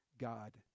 God